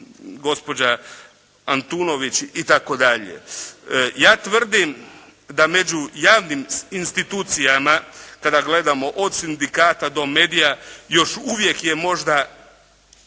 gospođa Antunović itd. Ja tvrdim da među javnim institucijama, kada gledamo od sindikata do medija, još uvijek je možda